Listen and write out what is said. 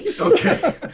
Okay